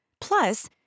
Plus